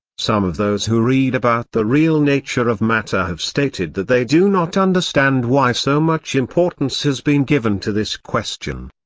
some of those who read about the real nature of matter have stated that they do not understand why so much importance has been given to this question.